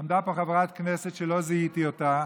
עמדה פה חברת כנסת שלא זיהיתי אותה,